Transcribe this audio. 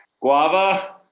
Guava